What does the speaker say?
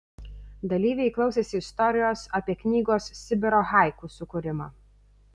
dalyviai klausėsi istorijos apie knygos sibiro haiku sukūrimą